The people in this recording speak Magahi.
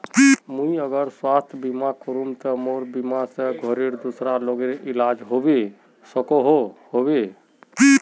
मुई अगर स्वास्थ्य बीमा करूम ते मोर बीमा से घोरेर दूसरा लोगेर इलाज होबे सकोहो होबे?